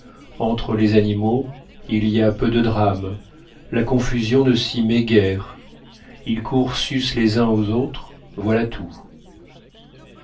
entre les animaux il y a peu de drames la confusion ne s'y met guère ils courent sus les uns aux autres voilà tout